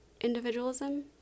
individualism